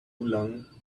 long